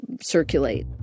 circulate